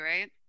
right